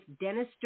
Dennis